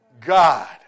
God